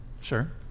Sure